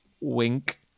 Wink